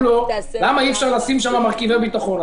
לו למה אי אפשר לשים שם מרכיבי ביטחון.